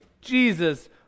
Jesus